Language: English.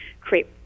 create